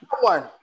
one